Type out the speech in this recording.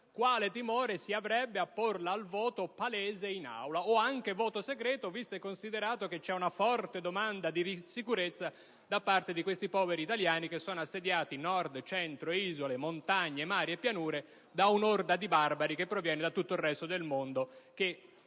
quale timore si avrebbe nel sottoporlo al voto palese in Aula o anche al voto segreto, visto e considerato che c'è una forte domanda di sicurezza da parte di questi poveri italiani, assediati - Nord, Centro, isole, montagne, mari e pianure - da un'orda di barbari che proviene da tutto il resto del mondo e